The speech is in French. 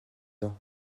ans